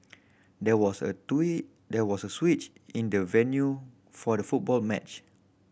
there was a three there was a switch in the venue for the football match